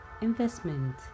investment